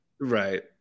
Right